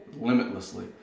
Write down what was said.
limitlessly